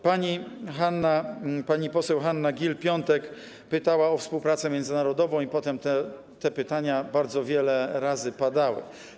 Pani poseł Hanna Gill-Piątek pytała o współpracę międzynarodową i potem te pytania bardzo wiele razy padały.